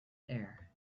air